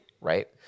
right